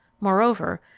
moreover,